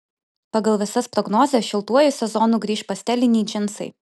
pagal visas prognozes šiltuoju sezonu grįš pasteliniai džinsai